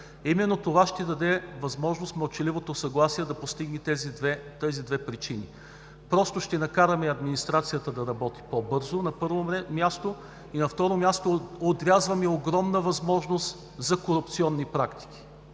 Именно това ще даде възможност мълчаливото съгласие да постигне тези две неща. Просто ще накараме администрацията да работи по-бързо, на първо място, и, на второ място, отрязваме огромна възможност за корупционни практики.